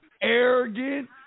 arrogant